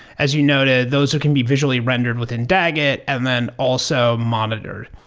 as you noted, those who can be visually rendered within dagit and then also monitored.